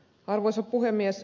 arvoisa puhemies